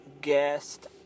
guest